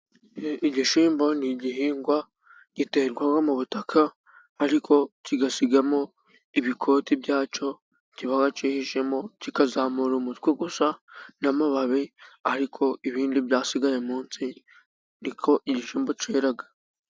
Igishyimbo ni igihingwa giterwa mu butaka, ariko kigasigamo ibikoti byacyo, kiba cyihishemo, kikazamura umutwe gusa, n'amababi, ariko ibindi byasigaye munsi, niko igishyimbo kera.